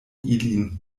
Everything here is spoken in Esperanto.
ilin